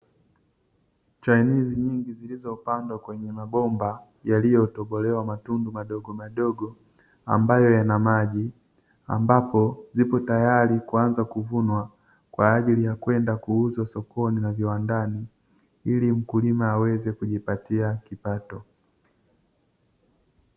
Chainizi nyingi zilizopandwa kwenye mabomba, yaliyotobolewa matundu madogomadogo, ambayo yana maji ambapo zipo tayari kuanza kuvunwa kwa ajili ya kwenda kuuzwa sokoni na viwandani, ili mkulima aweze kujipatia kipato.